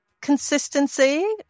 Consistency